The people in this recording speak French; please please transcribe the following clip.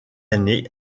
année